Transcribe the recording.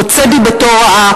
הוצא דיבתו רע.